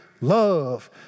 love